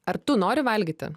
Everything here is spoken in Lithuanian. ar tu nori valgyti